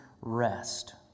rest